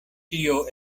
tio